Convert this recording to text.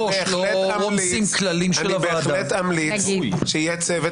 לא רומסים כללים של הוועדה ---- אני בהחלט אמליץ שיהיה צוות